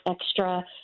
extra